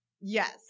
Yes